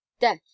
death